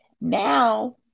Now